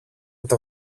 τον